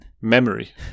memory